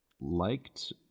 liked